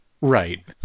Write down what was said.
Right